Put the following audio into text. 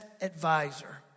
advisor